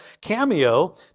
Cameo